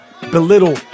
belittle